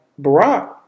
Barack